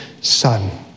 son